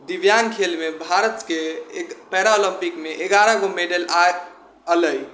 दिव्याङ्ग खेल मे भारत के एक पेरालम्पिक मे एगारहगो मेडल आ एलै